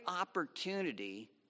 opportunity